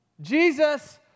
jesus